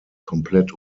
komplett